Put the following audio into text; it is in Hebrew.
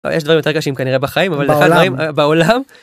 יש דברים יותר קשים כנראה בחיים, בעולם.